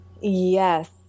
yes